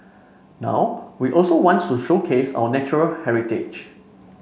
now we also want to showcase our natural heritage